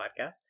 Podcast